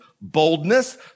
boldness